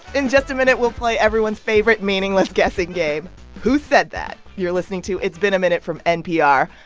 in just a minute, we'll play everyone's favorite meaningless guessing game who said that. you're listening to it's been a minute from npr.